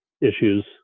issues